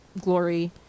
glory